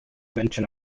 mention